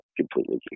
completely